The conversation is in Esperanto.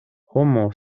homo